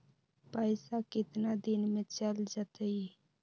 पैसा कितना दिन में चल जतई?